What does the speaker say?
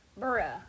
Bruh